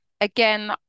again